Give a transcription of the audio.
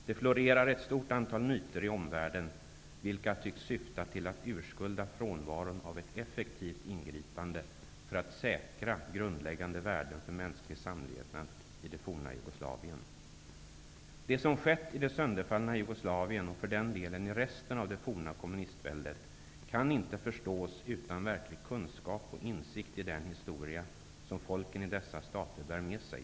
Det florerar ett stort antal myter i omvärlden, vilka tycks syfta till att urskulda frånvaron av ett effektivt ingripande för att säkra grundläggande värden för mänsklig samlevnad i det forna Jugoslavien. Det som skett i det sönderfallna Jugoslavien, och för den delen i resten av det forna kommunistväldet, kan inte förstås utan verklig kunskap och insikt i den historia som folken i dessa stater bär med sig.